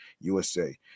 usa